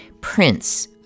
Prince